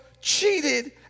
cheated